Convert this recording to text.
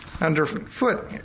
underfoot